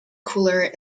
cooler